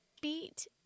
beat